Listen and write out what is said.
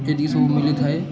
ଏଦି ସବୁ ମିିଳିଥାଏ